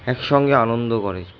একসঙ্গে আনন্দ করে